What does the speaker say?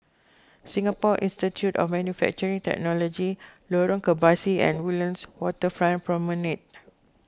Singapore Institute of Manufacturing Technology Lorong Kebasi and Woodlands Waterfront Promenade